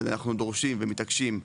ואנחנו דורשים ומתעקשים,